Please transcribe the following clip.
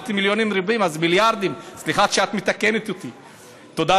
אמרתי מיליונים רבים, אז מיליארדים, סליחה.